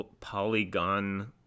polygon